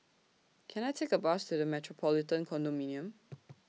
Can I Take A Bus to The Metropolitan Condominium